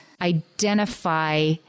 identify